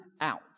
out